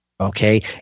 Okay